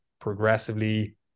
progressively